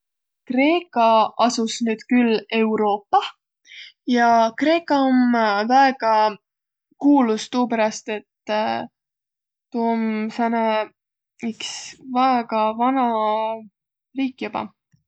Kreeka asus nüüd küll Euroopah ja Kreeka om väega kuulus tuu peräst, et tuu om sääne iks väega vana riik joba.